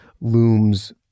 looms